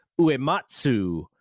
Uematsu